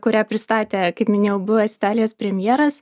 kurią pristatė kaip minėjau buvęs italijos premjeras